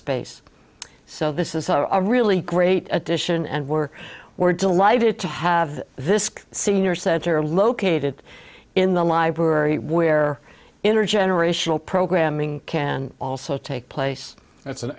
space so this is our really great addition and we're we're delighted to have this senior center located in the library where intergenerational programming can also take place that's an